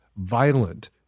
violent